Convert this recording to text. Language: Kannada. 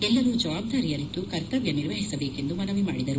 ಎಲ್ಲರ ಜವಾಬ್ದಾರಿ ಅರಿತು ಕರ್ತವ್ಯ ನಿರ್ವಹಿಸಬೇಕೆಂದು ಮನವಿ ಮಾಡಿದರು